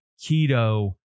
keto